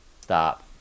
Stop